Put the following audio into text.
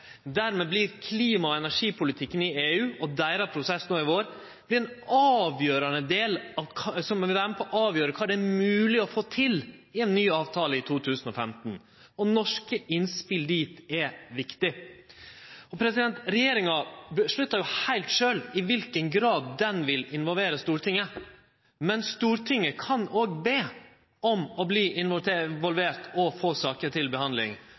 Dermed vert klima- og energipolitikken i EU og deira prosess no i vår ein avgjerande del, som vil vere med på å avgjere kva det er mogleg å få til i ein ny avtale i 2015. Norske innspel dit er viktige. Regjeringa avgjer heilt sjølv i kva grad ho vil involvere Stortinget. Men Stortinget kan òg be om å verte involvert og få saker til behandling.